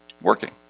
working